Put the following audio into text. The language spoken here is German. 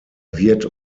wird